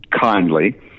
kindly